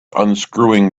unscrewing